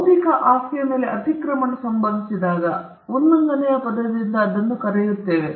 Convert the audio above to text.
ಬೌದ್ಧಿಕ ಆಸ್ತಿಯ ಮೇಲೆ ಅತಿಕ್ರಮಣ ಸಂಭವಿಸಿದಾಗ ಉಲ್ಲಂಘನೆಯ ಪದದಿಂದ ನಾವು ಅದನ್ನು ಕರೆಯುತ್ತೇವೆ